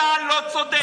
אתה לא צודק.